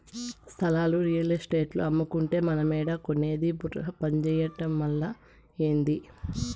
స్థలాలు రియల్ ఎస్టేటోల్లు అమ్మకంటే మనమేడ కొనేది బుర్ర పంజేయటమలా, ఏంది